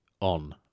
On